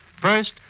First